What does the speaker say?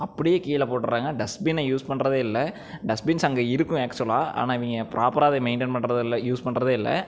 அப்படியே கீழே போட்டுறாங்க டஸ்ட் பின்னை யூஸ் பண்ணுறதே இல்லை டஸ்ட் பின்ஸ் அங்கே இருக்கும் ஆக்ச்சுவலாக ஆனால் இவங்க ப்ராப்பராக அதை மெயின்டெயின் பண்ணுறதில்ல யூஸ் பண்ணுறதே இல்லை